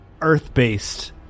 earth-based